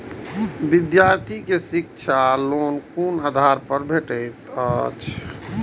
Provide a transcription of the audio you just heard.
विधार्थी के शिक्षा लोन कोन आधार पर भेटेत अछि?